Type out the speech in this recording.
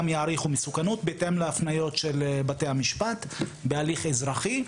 יעריכו מסוכנות בהתאם להפניות של בתי המשפט בהליך אזרחי.